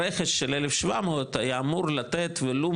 הרכש של 1,700 היה אמור לתת ולו,